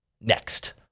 next